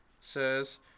says